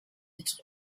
être